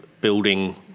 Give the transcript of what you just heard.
building